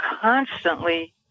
constantly